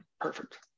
Perfect